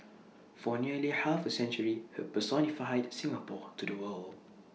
for nearly half A century he personified high Singapore to the world